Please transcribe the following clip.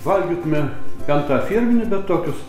valgytumėm ten tą firminį bet tokius